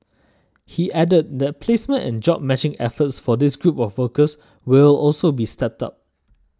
he added that placement and job matching efforts for this group of workers will also be stepped up